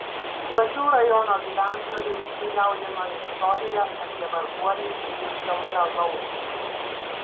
šakių rajono gyventojus sujaudino istorija apie varguolį gintautą laucį